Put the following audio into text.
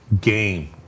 game